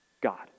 God